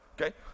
Okay